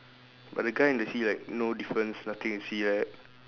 but the guy in the sea like no difference nothing to see like that